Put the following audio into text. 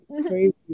crazy